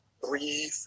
breathe